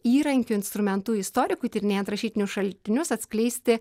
įrankiu instrumentu istorikui tyrinėjant rašytinius šaltinius atskleisti